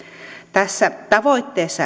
tässä tavoitteesta